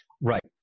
Right